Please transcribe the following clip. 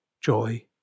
joy